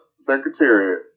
Secretariat